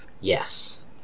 Yes